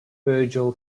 virgil